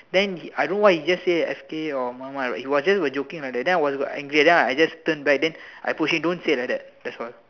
then I don't know why he just say F K your mom ah he was just like joking like that then I got angry then I just turn back then I push him don't say like that that's all